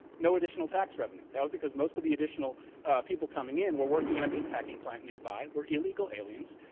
no additional tax revenue, that was because most of the additional people coming in were working at a meat packing plant nearby, were illegal aliens,